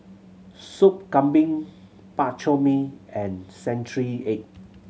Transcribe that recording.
Soup Kambing Bak Chor Mee and century egg